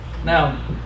Now